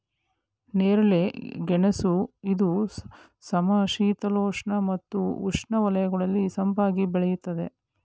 ನೇರಳೆ ಗೆಣಸು ಇದು ಸಮಶೀತೋಷ್ಣ ಮತ್ತು ಉಷ್ಣವಲಯಗಳಲ್ಲಿ ಸೊಂಪಾಗಿ ಬೆಳೆಯುತ್ತದೆ